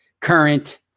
current